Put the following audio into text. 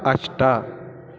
अष्ट